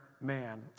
man